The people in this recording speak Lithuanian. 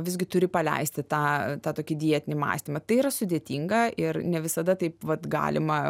visgi turi paleisti tą tą tokį dietinį mąstymą tai yra sudėtinga ir ne visada taip vat galima